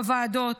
בוועדות,